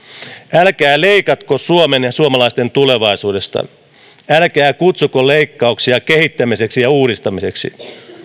älkää leikatko suomen ja suomalaisten tulevaisuudesta älkää kutsuko leikkauksia kehittämiseksi ja uudistamiseksi